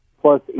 plus